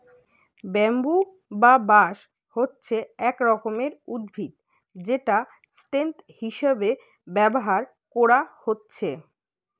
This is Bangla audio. ব্যাম্বু বা বাঁশ হচ্ছে এক রকমের উদ্ভিদ যেটা স্টেম হিসাবে ব্যাভার কোরা হচ্ছে